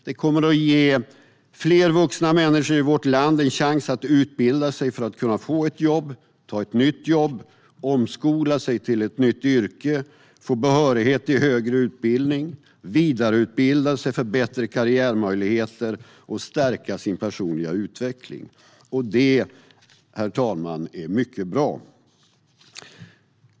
Detta kommer att ge fler vuxna människor i vårt land en chans att utbilda sig för att kunna få ett jobb, ta ett nytt jobb, omskola sig till ett nytt yrke, få behörighet till högre utbildning, vidareutbilda sig för bättre karriärmöjligheter och för att stärka sin personliga utveckling. Det, herr talman, är mycket bra.